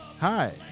Hi